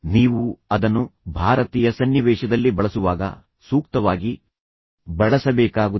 ನೀವು ಅದನ್ನು ಭಾರತೀಯ ಸನ್ನಿವೇಶದಲ್ಲಿ ಬಳಸುವಾಗ ಸೂಕ್ತವಾಗಿ ಬಳಸಬೇಕಾಗುತ್ತದೆ